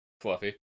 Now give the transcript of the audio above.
fluffy